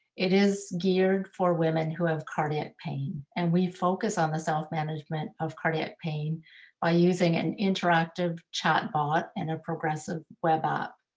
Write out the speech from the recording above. it is geared for women who have cardiac pain, and we focus on the self management of cardiac pain by using an interactive chat bot and a progressive web app.